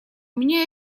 меня